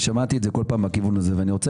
ושמעתי את זה כל פעם מהכיוון הזה ואני רוצה